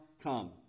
come